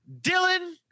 Dylan